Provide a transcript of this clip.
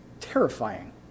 terrifying